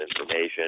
information